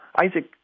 Isaac